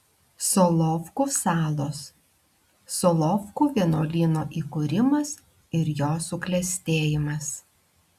solovkų salos solovkų vienuolyno įkūrimas ir jo suklestėjimas